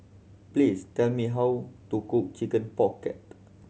please tell me how to cook Chicken Pocket